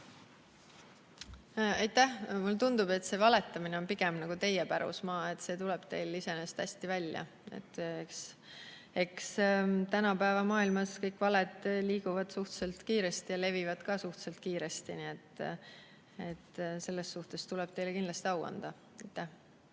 Aitäh! Mulle tundub, et see valetamine on pigem nagu teie pärusmaa, see tuleb teil iseenesest hästi välja. Eks tänapäeva maailmas liiguvad kõik valed suhteliselt kiiresti ja levivad ka suhteliselt kiiresti. Nii et selles suhtes tuleb teile kindlasti au anda. Aitäh!